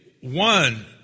one